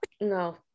No